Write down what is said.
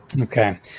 Okay